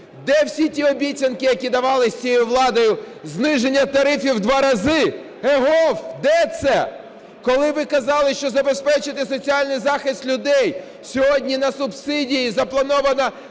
Де всі ті обіцянки, які давались цією владо? Зниження тарифів в два рази - агов, де це? Коли ви казали, що забезпечите соціальний захист людей, сьогодні на субсидії заплановано